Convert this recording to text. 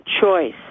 choice